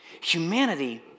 Humanity